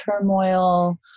turmoil